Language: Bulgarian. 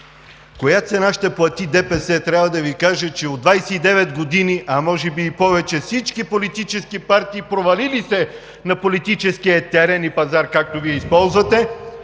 Коя цена ще плати ДПС? Трябва да Ви кажа, че от 29 години, а може би и повече, всички политически партии, провалили се на политическия терен и пазар, както Вие използвате,